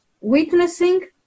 witnessing